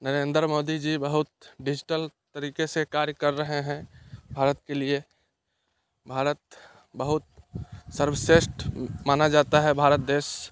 नरेंद्र मोदी जी बहुत डिजिटल तरीके से कार्य कर रहे हैं भारत के लिए भारत बहुत सर्वश्रेष्ठ माना जाता है भारत देश